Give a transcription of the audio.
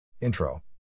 Intro